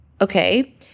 Okay